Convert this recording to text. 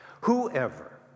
whoever